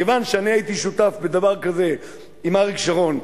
כיוון שאני הייתי שותף בדבר כזה עם אריק שרון,